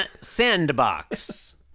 Sandbox